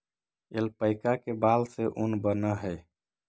alpaca के बाल से ऊन बनऽ हई